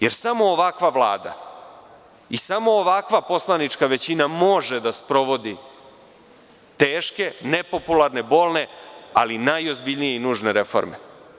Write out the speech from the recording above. Jer, samo ovakva Vlada i samo ovakva poslanička većina može da sprovodi teške, nepopularne, bolne, ali najozbiljnije i nužne reforme.